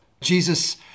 Jesus